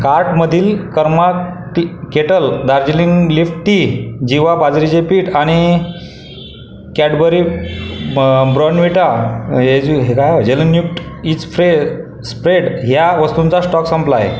कार्टमधील कर्मा के kettle Darjeeling leaf tea Jiwa बाजरीचे पीठ आणि कॅडबरी ब्रोनव्हिटा हेझ हे काय ये झलन्यूट इज फ्रे स्प्रेड ह्या वस्तूंचा स्टॉक संपला आहे